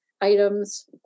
items